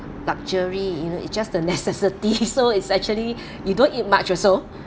luxury you know it just a necessity so it's actually you don't eat much also